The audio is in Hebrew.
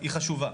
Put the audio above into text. היא חשובה.